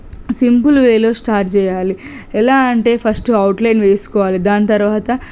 simple వేలో start చేయాలి ఎలా అంటే ఫస్ట్ అవుట్ లైన్ వేసుకోవాలి దాని తర్వాత